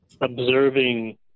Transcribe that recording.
observing